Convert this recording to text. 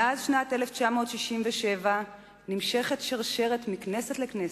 מאז שנת 1967 נמשכת שרשרת מכנסת לכנסת,